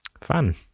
Fun